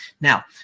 Now